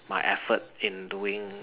my effort in doing